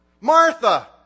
Martha